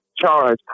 charge